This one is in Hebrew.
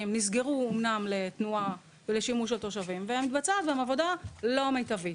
נסגרו אמנם לתנועה לשימוש התושבים ומתבצעת בהם עבודה לא מיטבית.